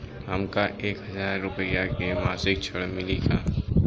हमका एक हज़ार रूपया के मासिक ऋण मिली का?